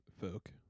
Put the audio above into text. Folk